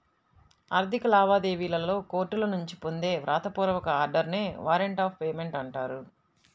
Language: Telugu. ఆర్థిక లావాదేవీలలో కోర్టుల నుంచి పొందే వ్రాత పూర్వక ఆర్డర్ నే వారెంట్ ఆఫ్ పేమెంట్ అంటారు